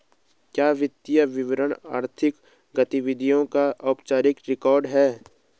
क्या वित्तीय विवरण आर्थिक गतिविधियों का औपचारिक रिकॉर्ड है?